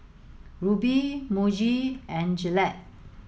Rubi Muji and Gillette